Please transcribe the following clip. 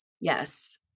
Yes